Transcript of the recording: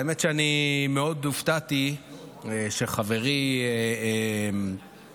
האמת היא שאני מאוד הופתעתי שחברי חבר